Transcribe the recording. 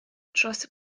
dros